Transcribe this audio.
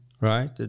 Right